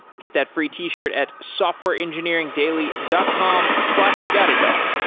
get that free t-shirt at softwareengineeringdaily dot com slash datadog.